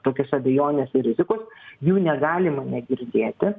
tokios abejonės ir rizikos jų negalima negirdėti